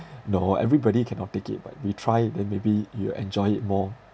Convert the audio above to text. no everybody cannot take it but we try then maybe you will enjoy it more